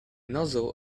nozzle